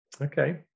Okay